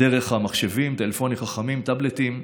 דרך המחשבים, טלפונים חכמים, טאבלטים.